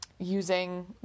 using